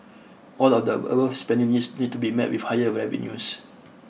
all the spending needs need to be met with higher revenues